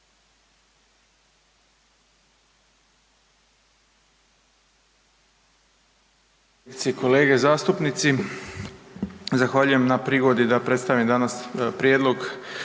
kolege zastupnici. Zahvaljujem na prigodi da predstavim danas Prijedlog